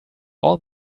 all